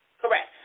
Correct